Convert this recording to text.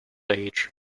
age